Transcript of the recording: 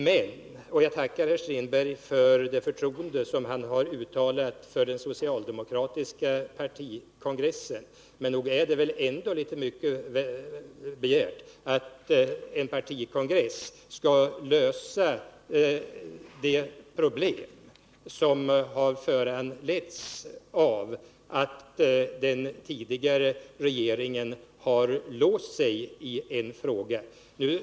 Jag tackar herr Strindberg för det förtroende som han uttalade för den socialdemokratiska partikongressen, men nog är det väl ändå väl mycket begärt att en partikongress skall lösa de problem som har föranletts av att den tidigare regeringen låst sig i en fråga.